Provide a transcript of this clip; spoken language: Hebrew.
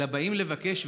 אלא באים לבקש,